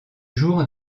jour